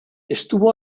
estuvo